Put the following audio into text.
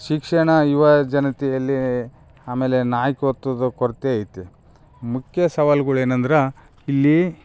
ಶಿಕ್ಷಣ ಯುವ ಜನತೆಯಲ್ಲಿ ಆಮೇಲೆ ನಾಯ್ಕತ್ವದ ಕೊರತೆ ಐತೆ ಮುಖ್ಯ ಸವಾಲುಗಳು ಏನಂದ್ರೆ ಇಲ್ಲಿ